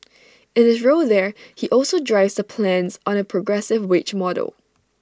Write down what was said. in his role there he also drives the plans on A progressive wage model